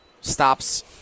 Stops